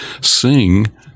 sing